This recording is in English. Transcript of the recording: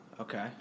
Okay